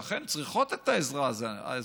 שאכן צריכות את העזרה הזאת,